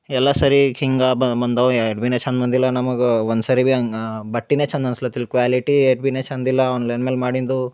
ಎಲ್ಲ ಸರಿ ಹಿಂಗೆ ಬಂದಾವು ಏಟ್ ಬಿನೆ ಚಂದ್ ಬಂದಿಲ್ಲ ನಮಗೆ ಒಂದು ಸರಿ ಬಿ ಹಂಗ ಬಟ್ಟಿನೇ ಚಂದ್ ಅನ್ಸ್ಲತಿಲ್ಲಿ ಕ್ವಾಲಿಟಿ ಏಟ್ ಬಿನೇ ಚಂದ್ ಇಲ್ಲ ಆನ್ಲೈನ್ ಮೇಲೆ ಮಾಡಿಂದು